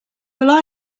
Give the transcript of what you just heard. will